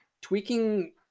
tweaking